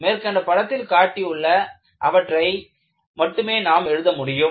மேற்கண்ட படத்தில் காட்டியுள்ள அவற்றை மட்டுமே நாம் எழுத முடியும்